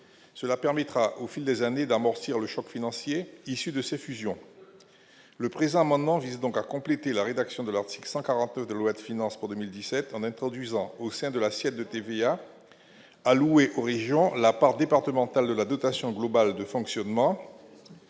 cela permettra au fil des années d'amortir le choc financier issu de cette fusion, le présent amendement vise donc à compléter la rédaction de l'article 149 de loi de finances pour 2017 en introduisant au sein de l'assiette de TVA alloués aux régions la part départementale de la dotation globale de fonctionnement